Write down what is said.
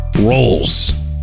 rolls